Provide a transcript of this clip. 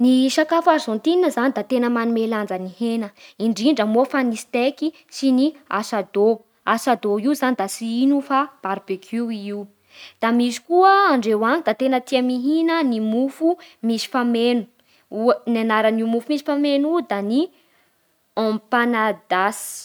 Ny sakafo Arzantinina zany da tena manome lanjany ny hena, indrindra moa fa ny steky sy ny asadô Asadô io zany da tsy ino fa barbecue io Misy koa amindreo any da tena tia :mihina ny mofo misy fameno, ny anaran'io mofo misy fameno io da ny ampanadas